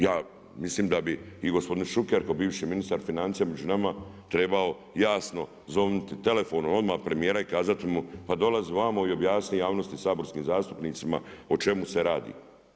Ja mislim da bi i gospodin Šuker kao bivši ministar financija među nama trebao jasno pozvati telefonom odmah premijera i kazati mu pa dolazi ovdje i objasni javnosti i saborskim zastupnicima o čemu se radi.